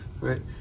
right